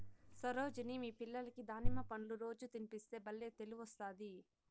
సరోజిని మీ పిల్లలకి దానిమ్మ పండ్లు రోజూ తినిపిస్తే బల్లే తెలివొస్తాది